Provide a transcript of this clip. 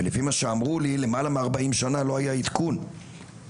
ולפי מה שאמרו לי למעלה מארבעים שנה לא היה עדכון בשכר.